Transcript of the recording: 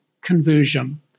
conversion